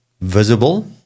Visible